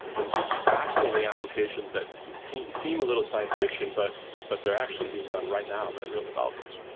and just fascinating applications that seem seem a little science fiction, but but they're actually being done right now by real developers.